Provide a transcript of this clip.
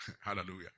Hallelujah